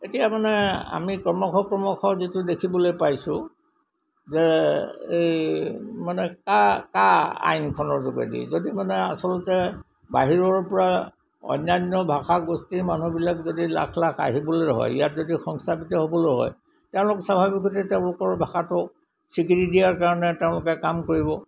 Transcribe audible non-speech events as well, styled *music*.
এতিয়া মানে আমি *unintelligible* যিটো দেখিবলৈ পাইছোঁ যে এই মানে কা কা আইনখনৰ যোগেদি যদি মানে আচলতে বাহিৰৰ পৰা অন্যান্য ভাষাগোষ্ঠীৰ মানুহবিলাক যদি লাখ লাখ আহিবলৈ হয় ইয়াত যদি সংস্থাপিত হ'বলৈ হয় তেওঁলোক স্বাভাৱিকৈতে তেওঁলোকৰ ভাষাটো স্বীকৃতি দিয়াৰ কাৰণে তেওঁলোকে কাম কৰিব